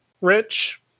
rich